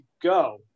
go